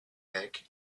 back